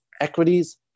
equities